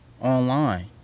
online